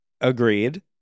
Agreed